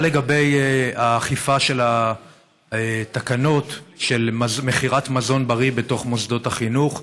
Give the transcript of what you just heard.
מה לגבי אכיפת התקנות של מכירת מזון בריא בתוך מוסדות החינוך?